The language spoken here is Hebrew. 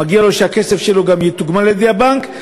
מגיע לו שהכסף שלו גם יתוגמל על-ידי הבנק.